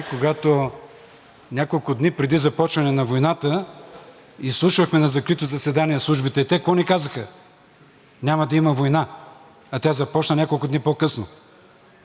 Няма да има война. А тя започна няколко дни по-късно. Така че не знам защо трябва да търсим това мнение на службите, защото ще чуем нещо подобно. Мерси.